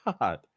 God